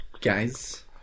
Guys